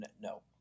No